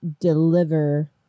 deliver